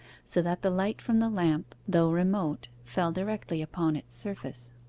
so that the light from the lamp, though remote, fell directly upon its surface.